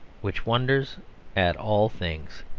which wonders at all things.